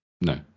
No